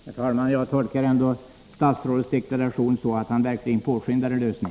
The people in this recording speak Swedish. Herr talman! Jag tolkar statsrådets deklaration så, att han verkligen påskyndar en lösning.